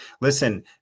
Listen